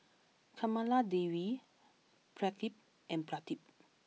Kamaladevi Pradip and Pradip